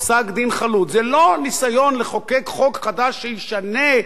זה לא ניסיון לחוקק חוק חדש שישנה סדר